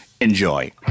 enjoy